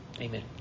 Amen